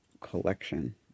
collection